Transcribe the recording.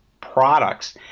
products